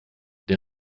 der